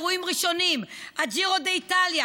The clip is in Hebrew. אירועים ראשונים: הג'ירו ד'איטליה